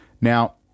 Now